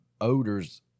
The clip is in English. odors